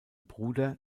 bruder